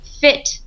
fit